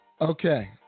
Okay